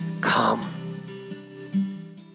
come